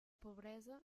pobresa